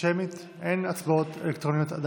הצבעה שמית,